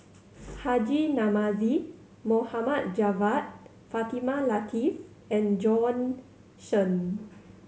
Haji Namazie Mohd Javad Fatimah Lateef and Bjorn Shen